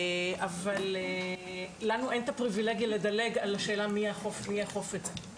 אבל לנו אין את הפריבילגיה לדלג על השאלה מי יאכוף את זה.